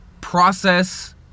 process